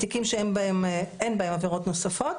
תיקים שאין בהם עבירות נוספות,